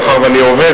מאחר שאני עובד,